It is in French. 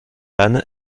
anne